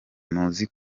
muzi